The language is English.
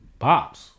Bops